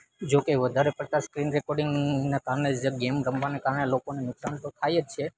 જો કે વધારે પડતા સ્ક્રીન રેકોડિંગના કારણે જે ગેમ રમવાને કારણે લોકોને નુકસાન તો થાય જ છે